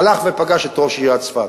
הלך ופגש את ראש עיריית צפת.